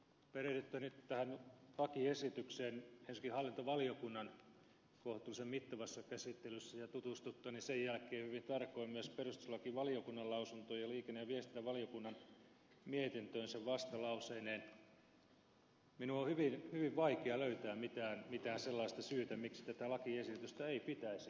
perehdyttyäni tähän lakiesitykseen ensinnäkin hallintovaliokunnan kohtuullisen mittavassa käsittelyssä ja tutustuttuani sen jälkeen hyvin tarkoin myös perustuslakivaliokunnan lausuntoon ja liikenne ja viestintävaliokunnan mietintöön vastalauseineen minun on hyvin vaikea löytää mitään sellaista syytä miksi tätä lakiesitystä ei pitäisi hyväksyä